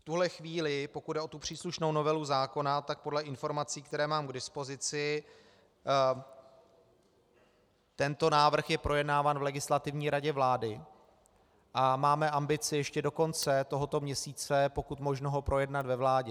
V tuto chvíli, pokud jde o příslušnou novelu zákona, tak podle informací, které mám k dispozici, tento návrh je projednáván v Legislativní radě vlády a máme ambici ještě do konce tohoto měsíce ho pokud možno projednat ve vládě.